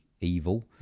evil